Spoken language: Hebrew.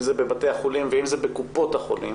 אם זה בבתי החולים ואם זה בקופות החולים